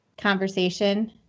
conversation